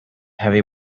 heavy